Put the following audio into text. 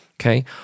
okay